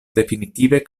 definitive